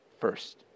first